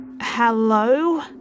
Hello